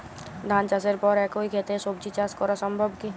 ধান চাষের পর একই ক্ষেতে সবজি চাষ করা সম্ভব কি?